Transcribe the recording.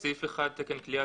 1. תקן כליאה.